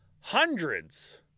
hundreds